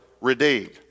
redeemed